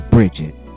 Bridget